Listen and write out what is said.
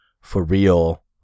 for-real